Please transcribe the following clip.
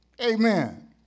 Amen